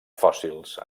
fòssils